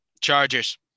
Chargers